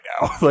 now